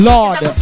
Lord